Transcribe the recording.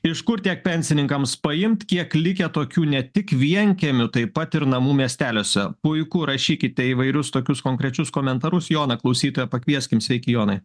iš kur tiek pensininkams paimt kiek likę tokių ne tik vienkiemių taip pat ir namų miesteliuose puiku rašykite įvairius tokius konkrečius komentarus joną klausytoją pakvieskim sveiki jonai